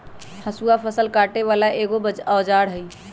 हसुआ फ़सल काटे बला एगो औजार हई